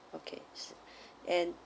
okay and